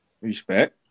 Respect